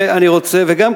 וגם,